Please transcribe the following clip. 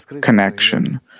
connection